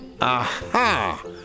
Aha